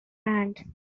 hand